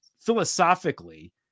philosophically